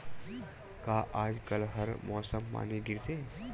का आज कल हर मौसम पानी गिरथे?